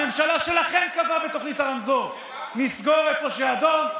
הממשלה שלכם קבעה בתוכנית הרמזור: נסגור איפה שאדום,